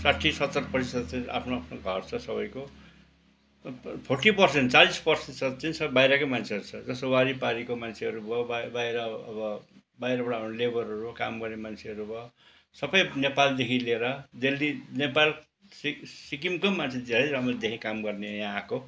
साठी सत्तर प्रतिसत चाहिँ आफ्नो आफ्नै घर छ सबैको फोर्टी पर्सेन्ट चालिस प्रतिसत चाहिँ सब बाहिरकै मान्छेहरू छ जस्तो वारिपारिको मान्छेहरू भयो बाहिर अब बाहिरबाट आउनेहरू लेबरहरू काम गर्ने मन्छेहरू भयो सबै नेपालदेखि लिएर दिल्ली नेपाल सि सिक्किमको पनि मान्छे धेरै लामोदेखि काम गर्नु यहाँ आएको